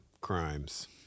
Crimes